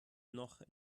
noch